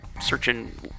searching